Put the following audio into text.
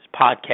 podcast